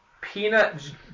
peanut